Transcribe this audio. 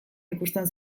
ikusten